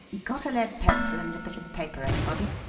got a lead pencil and a bit of paper, anybody?